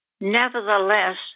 Nevertheless